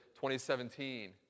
2017